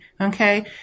okay